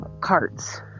carts